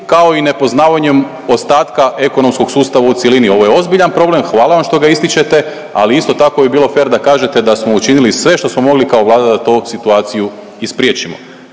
kao i nepoznavanjem ostatka ekonomskog sustava u cjelini. Ovo je ozbiljan problem. Hvala vam što ga ističete ali isto tako bi bilo fer da kažete da smo učinili sve što smo mogli kao Vlada da ovu situaciju i spriječimo.